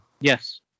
Yes